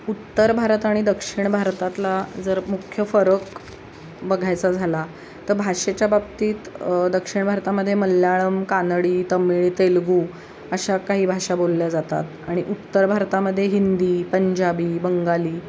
उत्तर भारत आणि दक्षिण भारतातला जर मुख्य फरक बघायचा झाला तर भाषेच्या बाबतीत दक्षिण भारतामधे मल्याळम कानडी तमीळ तेलगू अशा काही भाषा बोलल्या जातात आणि उत्तर भारतामध्ये हिंदी पंजाबी बंगाली